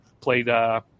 played –